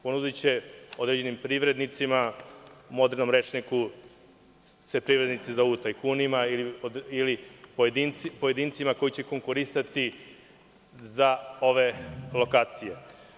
Ponudiće određenim privrednicima, u modernom rečniku se privrednici zovu tajkunima, ili pojedincima koji će konkurisati za ove lokacije.